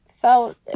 felt